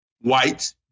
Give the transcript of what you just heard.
white